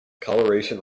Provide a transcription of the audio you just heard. coloration